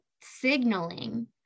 signaling